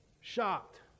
shocked